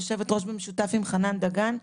יושבת-ראש במשותף יחד עם חנן דגן.